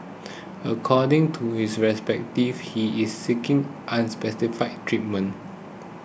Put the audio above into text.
according to his representatives he is seeking unspecified treatment